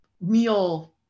meal